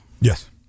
Yes